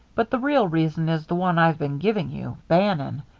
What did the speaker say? but the real reason is the one i've been giving you bannon.